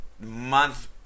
month